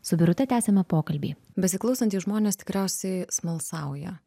su birute tęsiame pokalbį besiklausantys žmonės tikriausiai smalsauja